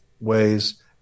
ways